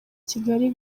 kigali